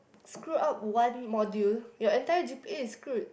screw up one module your entire G_P_A is screwed